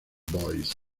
voice